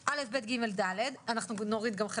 בא גוף ממשלתי או לא ממשלתי ונותן את השירותים.